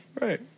Right